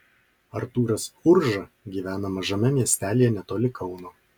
artūras urža gyvena mažame miestelyje netoli kauno